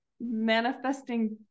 manifesting